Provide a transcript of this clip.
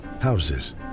Houses